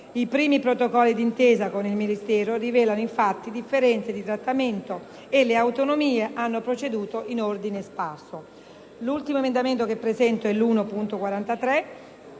I primi protocolli d'intesa con il Ministero rivelano infatti differenze di trattamento e le autonomie hanno proceduto in ordine sparso. L'emendamento 1.43